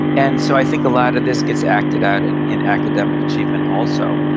and so i think a lot of this gets acted out and in academic achievement also,